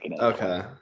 Okay